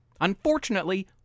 Unfortunately